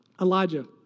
Elijah